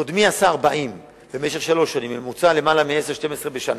קודמי עשה 40 במשך שלוש שנים, יותר מ-10 12 בשנה,